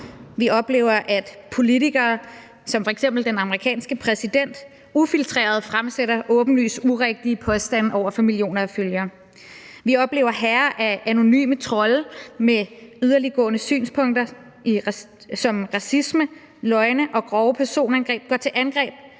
vi oplever, at politikere som f.eks. den amerikanske præsident ufiltreret fremsætter åbenlyst urigtige påstande over for millioner af følgere; vi oplever hære af anonyme trolde med yderliggående synspunkter som racisme, løgne og grove personangreb gå til angreb